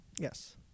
yes